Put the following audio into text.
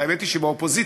האמת היא שהיא באופוזיציה,